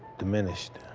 diminished.